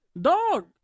Dog